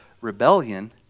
rebellion